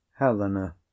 Helena